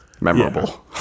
memorable